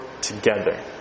together